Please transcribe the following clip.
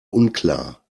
unklar